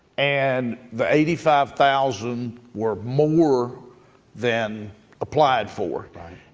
and the eighty five thousand were more than applied for.